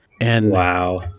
Wow